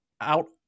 out